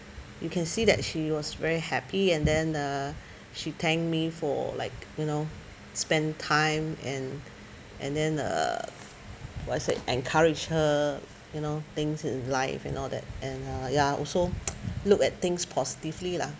you can see that she was very happy and then uh she thanked me for like you know spend time and and then uh what's it encourage her you know things in life and all that and uh ya also look at things positively lah